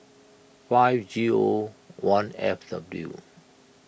five G O one F W